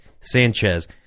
Sanchez